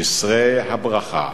תשרה הברכה